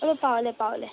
ओ पावलें पावलें